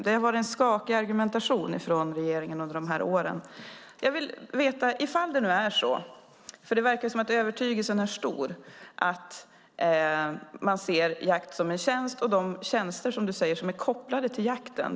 Det har varit en skakig argumentation från regeringen under dessa år. Det verkar som att övertygelsen är stor och att man ser jakt som en tjänst liksom de tjänster, som du säger, som är kopplade till jakten.